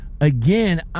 again